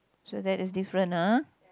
so that is different ah